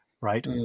Right